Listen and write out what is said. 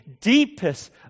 deepest